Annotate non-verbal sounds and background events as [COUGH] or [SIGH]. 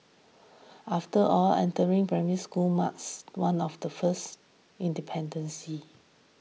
after all entering Primary School marks one of the first [UNINTELLIGIBLE]